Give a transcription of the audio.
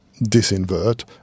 disinvert